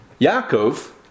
Yaakov